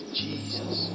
jesus